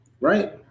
right